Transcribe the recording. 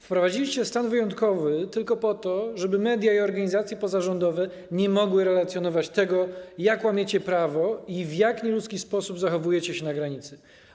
Wprowadziliście stan wyjątkowy tylko po to, żeby media i organizacje pozarządowe nie mogły relacjonować tego, jak łamiecie prawo i w jak nieludzki sposób zachowujecie się na granicy.